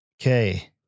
Okay